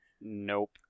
nope